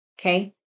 Okay